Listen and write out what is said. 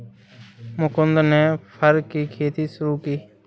मुकुन्द ने फर की खेती शुरू की